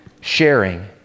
sharing